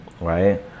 right